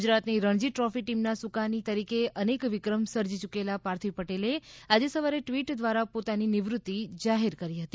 ગુજરાતની રણજી ટ્રોફી ટીમના સુકાની તરીકે અનેક વિક્રમ સર્જી ચૂકેલા પાર્થિવ પટેલે આજે સવારે ટ્વિટ દ્વારા પોતાની નિવૃતિ જાહેર કરી હતી